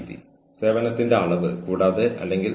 അതെ നിങ്ങൾ എവിടെ നിന്നാണ് വരുന്നതെന്ന് പറയുക